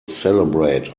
celebrate